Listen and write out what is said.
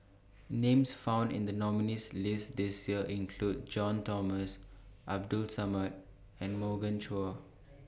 Names found in The nominees' list This Year include John Thomson Abdul Samad and Morgan Chua